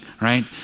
right